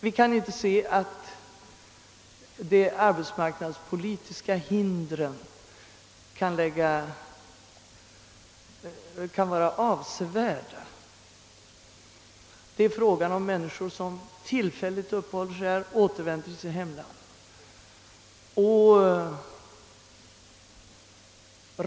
Vi kan inte se att de arbetsmarknadspolitiska hindren skulle vara avsevärda. Det rör sig om människor som tillfälligt uppehåller sig här och återvänder till sitt hemland.